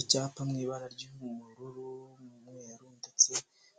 Icyapa mw'ibara ry'ubururu n'umweru ndetse